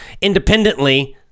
independently